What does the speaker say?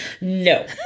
No